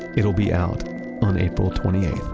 it will be out on april twenty eight